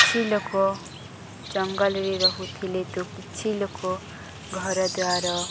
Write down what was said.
କିଛି ଲୋକ ଜଙ୍ଗଲରେ ରହୁଥିଲେ ତ କିଛି ଲୋକ ଘରଦ୍ୱାର